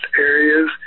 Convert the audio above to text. areas